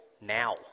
now